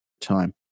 time